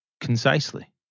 concisely